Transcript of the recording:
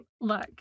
Look